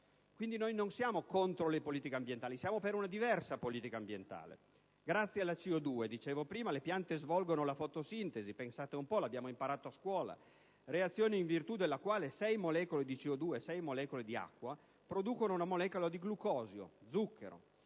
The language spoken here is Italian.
Quindi noi non siamo contro le politiche ambientali: siamo per una diversa politica ambientale. Grazie alla CO2, dicevo prima, le piante svolgono la fotosintesi (pensate un po', lo abbiamo imparato a scuola), reazione in virtù della quale sei molecole di CO2 e sei molecole di acqua producono una molecola di glucosio (zucchero)